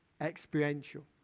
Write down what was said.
experiential